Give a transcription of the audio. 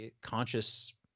conscious